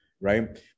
Right